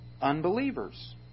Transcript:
unbelievers